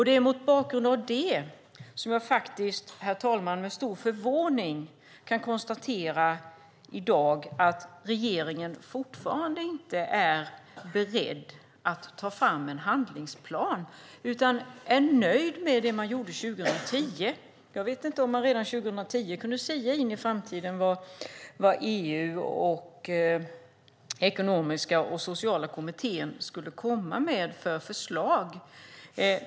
Det är mot bakgrund av detta som jag med stor förvåning, herr talman, i dag kan konstatera att regeringen fortfarande inte är beredd att ta fram en handlingsplan. Man är nöjd med det man gjorde 2010. Jag vet inte om man redan 2010 kunde sia in i framtiden när det gäller vilka förslag EU och Ekonomiska och sociala kommittén skulle komma med.